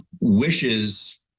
Wishes